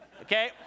Okay